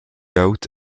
out